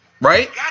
Right